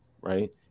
Right